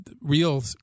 real